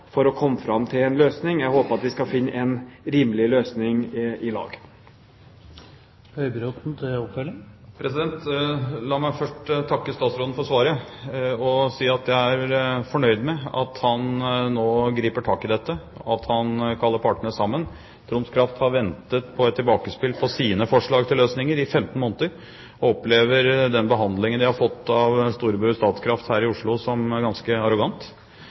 for å komme fram til en løsning. Jeg håper vi skal finne en rimelig løsning i lag. La meg først takke statsråden for svaret og si at jeg er fornøyd med at han nå griper tak i dette, at han kaller partene sammen. Troms Kraft har ventet på en tilbakemelding på sine forslag til løsninger i 15 måneder og opplever den behandlingen de har fått av storebror Statkraft her i Oslo, som ganske arrogant.